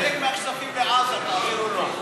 חלק מהכספים לעזה תעבירו לו.